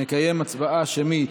נקיים הצבעה שמית